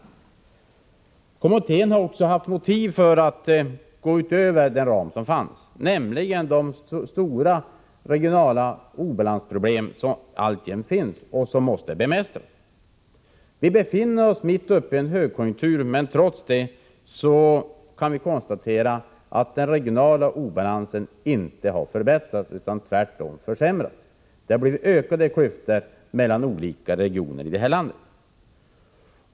Den regionalpolitiska kommittén har haft motiv för att gå utanför den ram som fanns när det gäller de stora balansproblem som alltjämt kan noteras och som måste bemästras. Vi befinner oss nu mitt uppe i en högkonjunktur. Ändå har inte någon förbättring åstadkommits när det gäller den regionala obalansen. Det har tvärtom blivit en försämring. Det har blivit ökade klyftor mellan olika regioner i det här landet.